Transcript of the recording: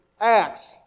Acts